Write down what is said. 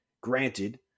Granted